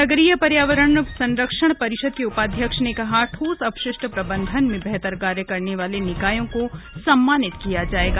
नगरीय पर्यावरण संरक्षण परिषद के उपाध्यक्ष ने कहा ठोस अपशिष्ट प्रबंधन में बेहतर कार्य करने वाले निकायों को सम्मानित किया जाएगा